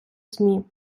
змі